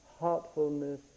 heartfulness